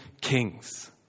kings